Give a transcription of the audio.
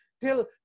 till